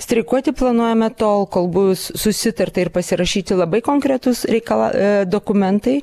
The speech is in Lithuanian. streikuoti planuojame tol kol bus susitarta ir pasirašyti labai konkretūs reikala dokumentai